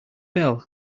bell